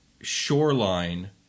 shoreline